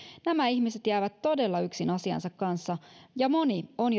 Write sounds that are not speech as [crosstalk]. nämä ihmiset jäävät todella yksin asiansa kanssa ja moni on [unintelligible]